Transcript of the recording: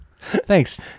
Thanks